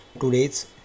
today's